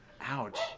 Ouch